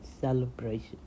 celebration